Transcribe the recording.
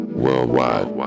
Worldwide